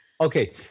Okay